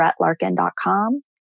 brettlarkin.com